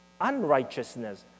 unrighteousness